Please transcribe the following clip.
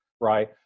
right